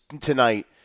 tonight